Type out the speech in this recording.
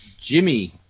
Jimmy